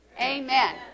amen